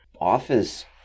office